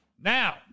Now